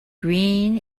green